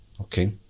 okay